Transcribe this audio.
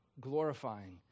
glorifying